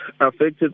affected